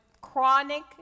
chronic